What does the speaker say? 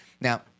Now